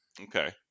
okay